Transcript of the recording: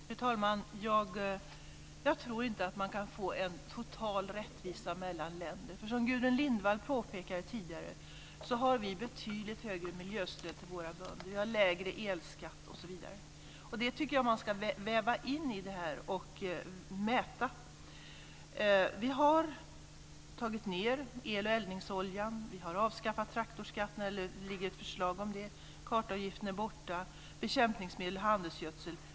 Fru talman! Jag tror inte att man kan få en total rättvisa mellan länder, för som Gudrun Lindvall påpekade tidigare har vi betydligt högre miljöstöd till våra bönder. Vi har också lägre elskatt osv. Det tycker jag att man ska väva in i det här och mäta. Vi har sänkt skatten på el och eldningsoljan. Vi har avskaffat traktorskatten, eller det ligger ett förslag om det. Kartavgifterna är borta. Det gäller också bekämpningsmedel och handelsgödsel.